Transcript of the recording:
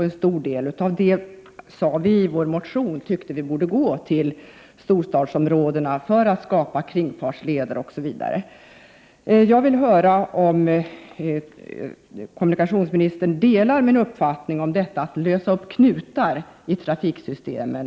En stor del av anslaget, sade vi i vår motion, borde gå till storstadsområdena för att skapa kringfartsleder osv. Jag vill höra om kommunikationsministern delar min uppfattning om hur man skall lösa upp knutar i trafiksystemen.